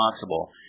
possible